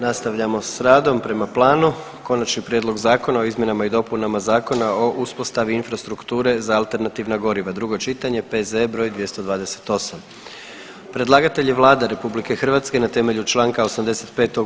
Nastavljamo s radom prema planu: - Konačni prijedlog Zakona o izmjenama i dopunama Zakona o uspostavi infrastrukture za alternativna goriva, drugo čitanje, P.Z.E. br. 228 Predlagatelj je Vlada RH na temelju čl. 85.